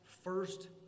first